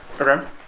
okay